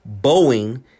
boeing